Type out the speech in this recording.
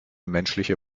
menschliche